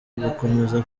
agakomeza